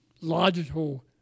logical